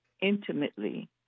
intimately